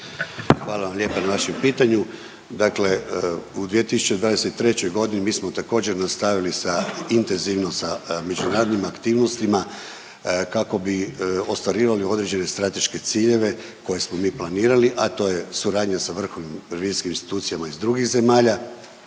Hvala vam lijepa na vašem pitanju. Dakle u 2023. g. mi smo također, nastavili sa, intenzivno sa međunarodnim aktivnostima, kako bi ostvarivali određene strateške ciljeve koje smo mi planirali, a to je suradnja sa vrhovnim revizijskih institucijama iz drugih zemalja,